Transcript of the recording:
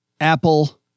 Apple